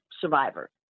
survivor